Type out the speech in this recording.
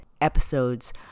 episodes